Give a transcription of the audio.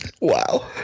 Wow